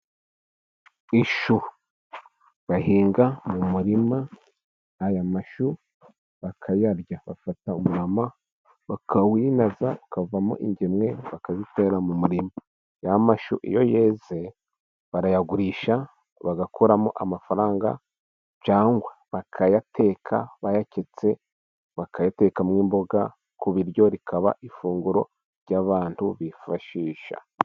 Ishu bahinga mu murima, aya mashu bakayarya. Bafata umurama bakawinaza, ukavamo ingemwe. Bakazitera mu murima ya mashu iyo yeze barayagurisha bagakuramo amafaranga, cyangwa bakayateka bayaketse, bakayatekamo imboga ku biryo, rikaba ifunguro ry'abantu bifashisha.